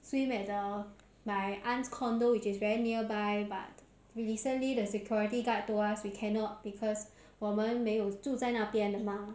swim at the my aunt's condo~ which is very nearby but recently the security guard told us we cannot because 我们没有住在那边的吗